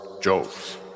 jokes